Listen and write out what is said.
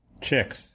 Chicks